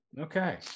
Okay